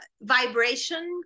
vibration